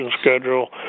schedule